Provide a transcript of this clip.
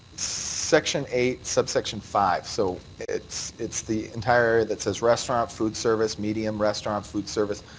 section eight subsection five. so it's it's the entire that says restaurant, food service, medium restaurant food service,